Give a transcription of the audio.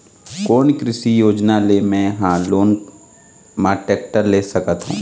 कोन कृषि योजना ले मैं हा लोन मा टेक्टर ले सकथों?